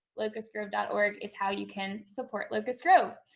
locustgrove dot org is how you can support locust grove.